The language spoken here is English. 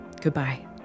Goodbye